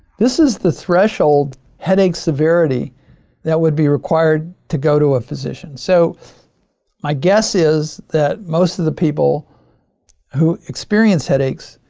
this is the threshold headache severity that would be required to go to a physician. so my guess is that most of the people who experience headaches,